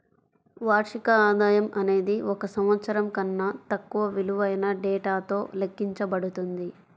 వార్షిక ఆదాయం అనేది ఒక సంవత్సరం కన్నా తక్కువ విలువైన డేటాతో లెక్కించబడుతుంది